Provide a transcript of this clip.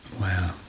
Wow